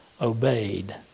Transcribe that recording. obeyed